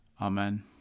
Amen